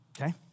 Okay